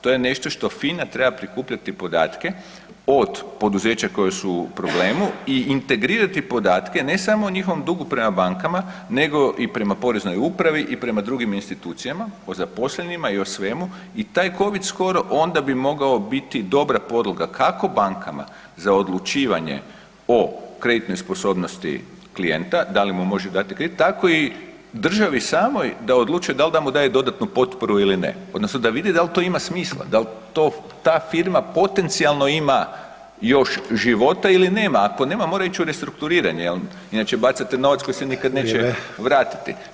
To je nešto što FINA treba prikupljati podatke od poduzeća koja su u problemu i integrirati podatke, ne samo o njihovom dugu prema bankama nego i prema poreznoj upravi i prema drugim institucijama, o zaposlenima i o svemu i taj Covid score onda bi mogao biti dobra podloga kako bankama za odlučivanje o kreditnoj sposobnosti klijenta, da li mu može dati kredit, tako i državi samoj da odlučuje da li da mu daje dodatnu potporu ili ne, odnosno da vidi da li to ima smisla, da li to ta firma potencijalno ima još života ili nema, ako nema, mora ići u restrukturiranje jer inače bacate novac koji se nikad neće [[Upadica: Vrijeme.]] vratiti.